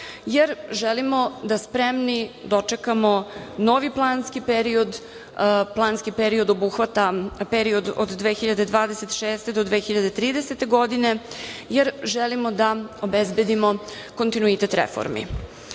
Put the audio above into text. jer želimo da spremni dočekamo novi planski period, planski period obuhvata period od 2026-2030.godine, jer želimo da obezbedimo kontinuitet reformi. Pred